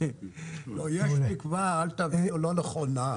יש תקווה, אל תבינו לא נכונה.